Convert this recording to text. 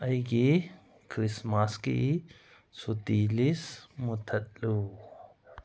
ꯑꯩꯒꯤ ꯈ꯭ꯔꯤꯁꯃꯥꯁꯀꯤ ꯁꯨꯇꯤ ꯂꯤꯁ ꯃꯨꯊꯠꯂꯨ